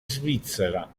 svizzera